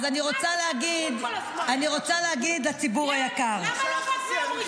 יפה, אז תני לי לדבר, אחרת איך תשמעי אותי?